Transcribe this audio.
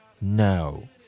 No